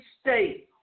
state